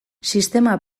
sistema